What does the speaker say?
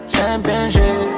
Championship